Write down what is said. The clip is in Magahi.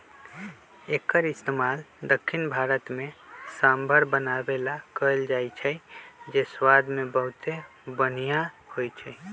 एक्कर इस्तेमाल दख्खिन भारत में सांभर बनावे ला कएल जाई छई जे स्वाद मे बहुते बनिहा होई छई